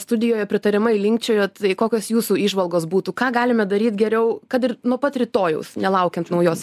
studijoje pritariamai linkčiojot kokios jūsų įžvalgos būtų ką galime daryt geriau kad ir nuo pat rytojaus nelaukiant naujos